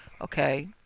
okay